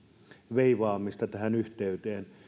veivaamista tähän yhteyteen